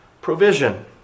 provision